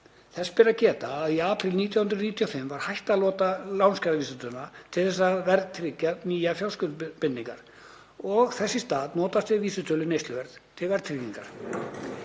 Þess ber að geta að í apríl 1995 var hætt að nota lánskjaravísitölu til þess að verðtryggja nýjar fjárskuldbindingar og þess í stað notast við vísitölu neysluverðs til verðtryggingar.